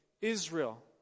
Israel